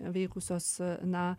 veikusios na